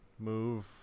move